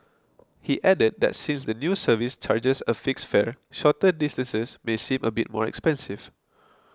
he added that since the new service charges a fixed fare shorter distances may seem a bit more expensive